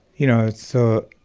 you know, it's so